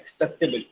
acceptable